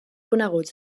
coneguts